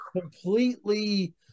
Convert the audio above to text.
completely